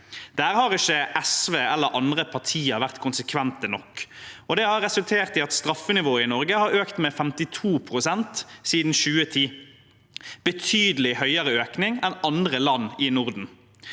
Der har ikke SV eller andre partier vært konsekvente nok, og det har resultert i at straffenivået i Norge har økt med 52 pst. siden 2010 – betydelig høyere økning enn andre land i Norden.